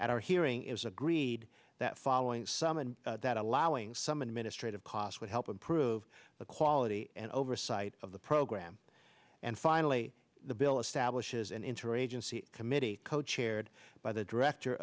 at our hearing is agreed that following some of that allowing some administrative costs would help improve the quality and oversight of the program and finally the bill establishes an interagency committee co chaired by the director